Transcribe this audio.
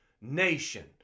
nation